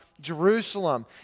Jerusalem